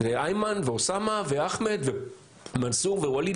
איימן ואוסאמה ואחמד ומנסור ווליד,